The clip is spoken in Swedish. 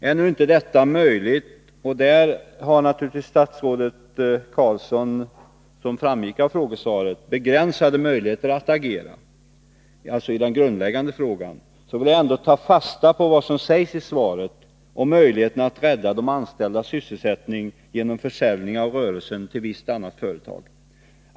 Är nu inte detta möjligt — och i den grundläggande frågan har naturligtvis statsrådet Carlsson, som framgick av frågesvaret, begränsade möjligheter att agera — så vill jag ändå ta fasta på vad som sägs i svaret om möjligheten att rädda de anställdas sysselsättning genom försäljning av rörelsen till visst annat företag.